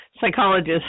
psychologist